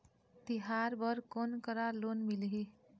तिहार बर कोन करा लोन मिलही?